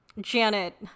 Janet